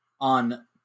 on